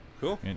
Cool